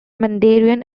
mandarin